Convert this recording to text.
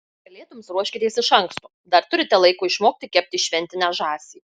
kalėdoms ruoškitės iš anksto dar turite laiko išmokti kepti šventinę žąsį